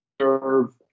serve